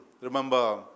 remember